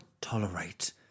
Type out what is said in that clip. tolerate